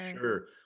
sure